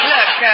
Look